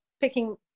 picking